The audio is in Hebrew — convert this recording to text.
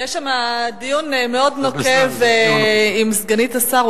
שם דיון מאוד נוקב עם סגנית השר.